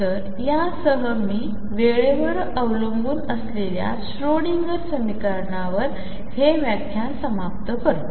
तर यासहमीवेळेवरअवलंबूनअसलेल्याश्रोडिंगरसमीकरणावरहेव्याख्यानसमाप्तकरतो